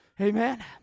Amen